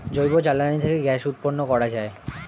জৈব জ্বালানি থেকে গ্যাস উৎপন্ন করা যায়